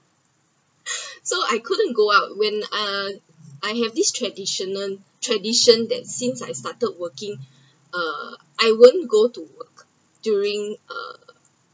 so I couldn’t go out when uh I have this traditional tradition that since I started working uh I won’t go to work during uh